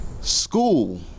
School